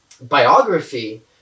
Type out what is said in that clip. biography